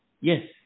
yes